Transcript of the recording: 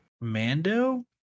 Mando